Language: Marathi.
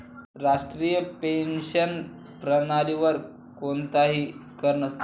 राष्ट्रीय पेन्शन प्रणालीवर कोणताही कर नसतो